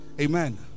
Amen